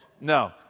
No